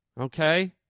Okay